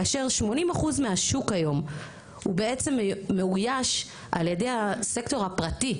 כאשר 80% מהשוק היום הוא בעצם מאויש על ידי הסקטור הפרטי,